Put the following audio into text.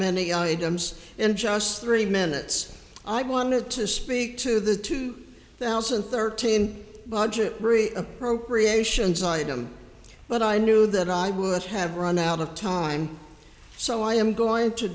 many items in just three minutes i wanted to speak to the two thousand and thirteen budget three appropriations item but i knew that i would have run out of time so i am going to